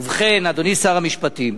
ובכן, אדוני שר המשפטים,